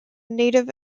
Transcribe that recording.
native